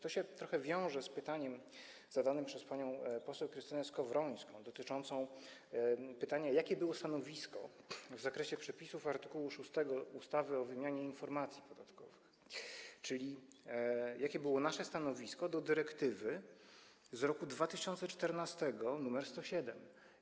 To się trochę wiąże z pytaniem zadanym przez panią poseł Krystynę Skowrońską: Jakie było stanowisko w zakresie przepisów art. 6 ustawy o wymianie informacji podatkowych, czyli jakie było nasze stanowisko wobec dyrektywy z roku 2014 nr 107?